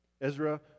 Ezra